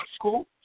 cool